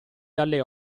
dalle